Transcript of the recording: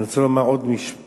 אני רוצה לומר עוד משפט